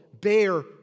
bear